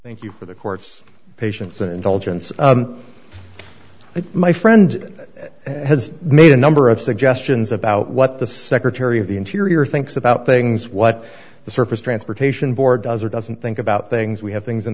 thank you for the court's patience and indulgence but my friend has made a number of suggestions about what the secretary of the interior thinks about things what the surface transportation board does or doesn't think about things we have things in